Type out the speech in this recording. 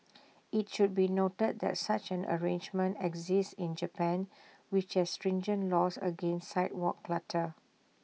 IT should be noted that such an arrangement exists in Japan which has stringent laws against sidewalk clutter